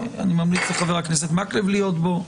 אני ממליץ לחבר הכנסת מקלב להיות בו,